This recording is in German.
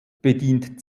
bedient